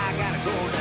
gotta go. i